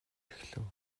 эхлэв